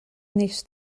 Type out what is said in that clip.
wnest